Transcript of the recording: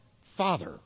Father